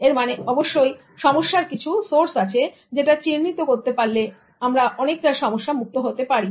এর মানে অবশ্যই সমস্যার কিছু সোর্স আছে যেটা চিহ্নিত করতে পারলে আমরা অনেকটা সমস্যা মুক্ত হতে পারি